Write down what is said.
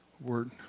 word